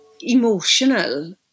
emotional